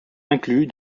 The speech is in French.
inclus